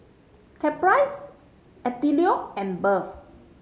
Caprice Attilio and Berth